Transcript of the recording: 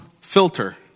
filter